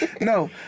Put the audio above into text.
no